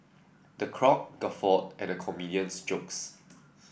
the crowd guffawed at the comedian's jokes